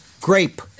grape